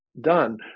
done